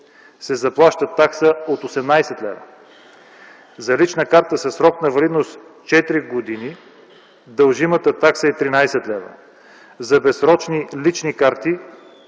се заплаща такса от 18 лв.; за лична карта със срок на валидност 4 години дължимата такса е 13 лв.; за безсрочни лични карти